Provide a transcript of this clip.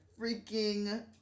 freaking